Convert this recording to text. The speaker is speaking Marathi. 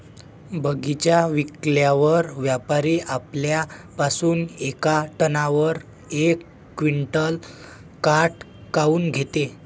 बगीचा विकल्यावर व्यापारी आपल्या पासुन येका टनावर यक क्विंटल काट काऊन घेते?